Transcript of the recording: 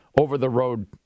over-the-road